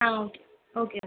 ah okay okay okay